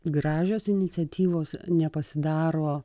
gražios iniciatyvos nepasidaro